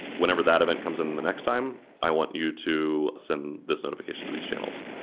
whenever that event comes in the next time, i want you to send this notification to these channels.